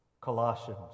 Colossians